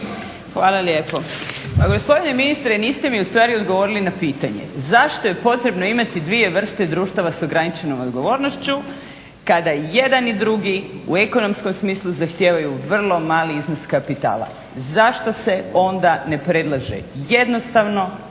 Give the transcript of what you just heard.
Hvala lijepo. Pa gospodine ministre niste mi ustvari odgovorili na pitanje zašto je potrebno imati dvije vrste društava s ograničenom odgovornošću kada i jedan i drugi u ekonomskom smislu zahtijevaju vrlo mali iznos kapitala? Zašto se onda ne predlaže jednostavno